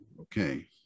Okay